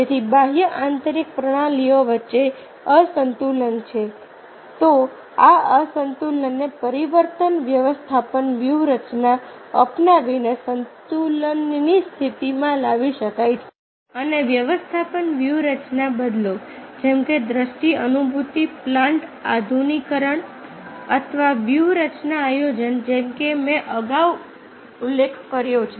તેથી બાહ્ય આંતરિક પ્રણાલીઓ વચ્ચે અસંતુલન છે તો આ અસંતુલનને પરિવર્તન વ્યવસ્થાપન વ્યૂહરચના અપનાવીને સંતુલનની સ્થિતિમાં લાવી શકાય છે અને વ્યવસ્થાપન વ્યૂહરચના બદલો જેમ કે દ્રષ્ટિ અનુભૂતિ પ્લાન્ટ આધુનિકીકરણ અથવા વ્યૂહરચના આયોજન જેમ કે મેં અગાઉ ઉલ્લેખ કર્યો છે